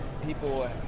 People